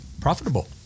profitable